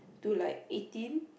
to like eighteen